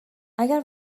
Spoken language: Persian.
اگر